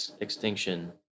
extinction